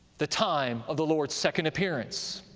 the time of the lord's second appearance.